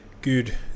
good